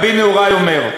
רבי נהוראי אומר: